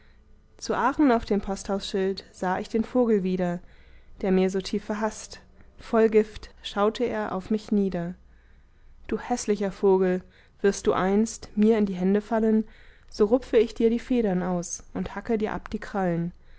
zu aachen auf dem posthausschild sah ich den vogel wieder der mir so tief verhaßt voll gift schaute er auf mich nieder du häßlicher vogel wirst du einst mir in die hände fallen so rupfe ich dir die federn aus und hacke dir ab die krallen